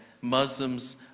Muslims